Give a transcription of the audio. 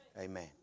Amen